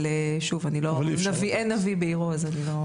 אבל שוב אין נביא בעירו, אז אני לא.